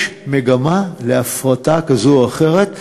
יש מגמה של הפרטה כזאת או אחרת,